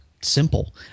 simple